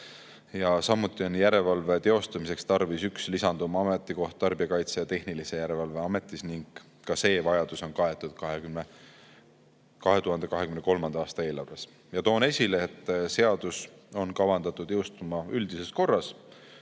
Samuti on järelevalve teostamiseks tarvis luua üks lisanduv ametikoht Tarbijakaitse ja Tehnilise Järelevalve Ametis ning ka see vajadus on kaetud 2023. aasta eelarvest. Ja toon esile, et seadus on kavandatud jõustuma üldises korras.